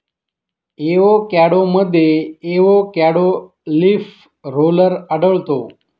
एवोकॅडोमध्ये avocado leaf roller आढळतो